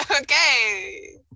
Okay